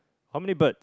how many bird